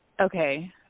Okay